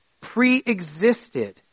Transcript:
pre-existed